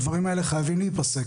הדברים האלה חייבים להיפסק,